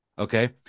Okay